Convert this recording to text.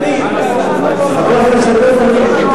אני אומר לך, יהיה כבר רוב, חבר הכנסת אדרי.